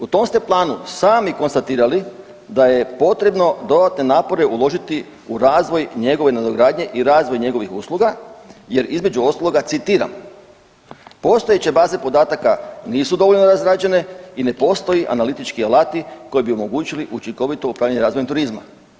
U tom ste planu sami konstatirali da je potrebno dodatne napore uložiti u razvoj njegove nadogradnje i razvoj njegovih usluga jer između ostaloga citiram „postojeće baze podataka nisu dovoljno razrađene i ne postoji analitički alati koji bi omogućili učinkovito upravljanje razvojem turizma“